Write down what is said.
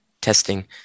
testing